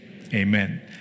Amen